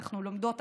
אנחנו לומדות,